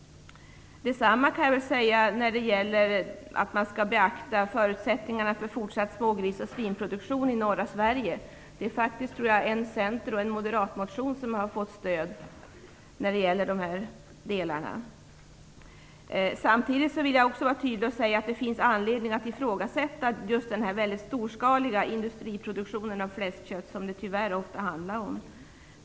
Detsamma kan jag väl säga när det gäller beaktandet av förutsättningarna för fortsatt smågris och svinproduktion i norra Sverige. Jag tror faktiskt att det är en center och en moderatmotion som har fått stöd på den här punkten. Jag vill samtidigt vara tydlig med att det finns anledning att ifrågasätta den här väldigt storskaliga industriproduktionen av fläskkött som det tyvärr ofta handlar om.